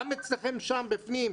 גם אצלכם שם בפנים,